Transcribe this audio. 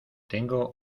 tengo